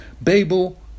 Babel